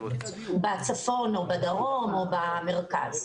שנמצאות בצפון, בדרום או במרכז.